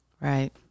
Right